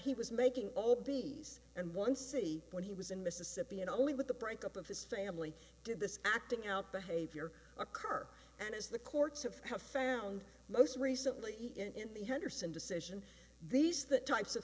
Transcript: he was making obese and one c when he was in mississippi and only with the breakup of his family did this acting out behavior occur and is the courts of have found most recently in the henderson decision these the types of